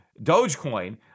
Dogecoin